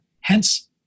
hence